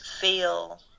feel